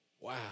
Wow